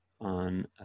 on